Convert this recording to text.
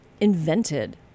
invented